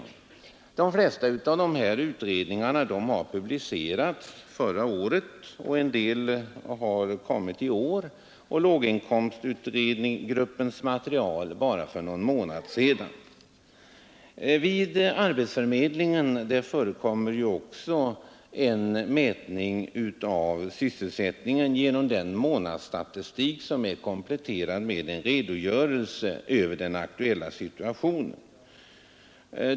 De flesta av dessa utredningar har publicerats förra året och en del har kommit i år. Låginkomstgruppens material kom för bara någon månad sedan. Vid arbetsförmedlingarna förekommer också en mätning av sysselsättningen genom den månadsstatistik som är kompletterad med en redogörelse över den aktuella situationen.